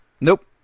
Nope